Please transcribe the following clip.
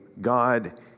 God